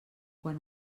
quan